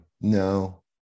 No